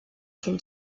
seem